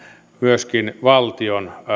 myöskin valtion